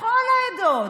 נכון.